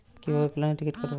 কিভাবে প্লেনের টিকিট কাটব?